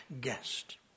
guest